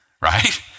right